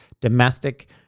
domestic